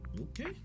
okay